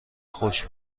خوش